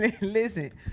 Listen